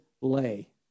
lay